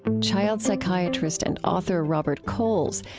child psychiatrist and author robert coles.